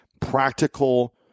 practical